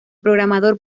programador